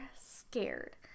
scared